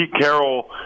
Carroll